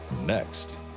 next